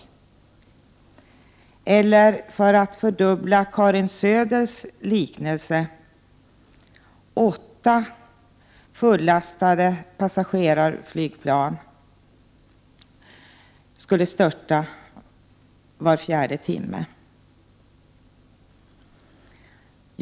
Det är — för att fördubbla Karin Söders liknelse — som om åtta fullastade passagerarflygplan skulle störta var fjärde timme.